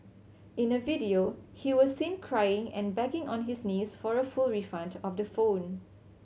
in a video he was seen crying and begging on his knees for a full refund of the phone